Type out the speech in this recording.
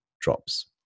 drops